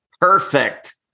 perfect